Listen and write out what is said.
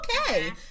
okay